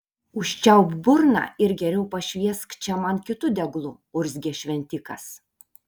užčiaupk burną ir geriau pašviesk čia man kitu deglu urzgė šventikas